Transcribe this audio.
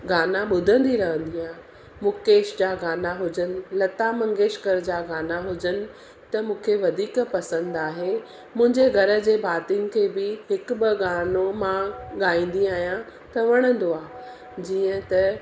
गाना ॿुधंदी रहंदी आहियां मुकेश जा गाना हुजनि लता मंगेशकर जा गाना हुजनि त मूंखे वधीक पसंद आहे मुंहिंजे घर जे भातिनि खे बि हिकु ॿ गानो मां गाईंदी आहियां त वणंदो आहे जीअं त